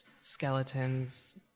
skeletons